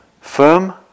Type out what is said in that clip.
Firm